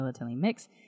mix